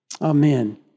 Amen